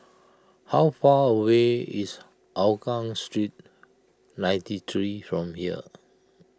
how far away is Hougang Street ninety three from here